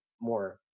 more